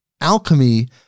alchemy